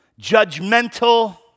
judgmental